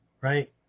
Right